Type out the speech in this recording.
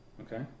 Okay